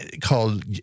called